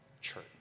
church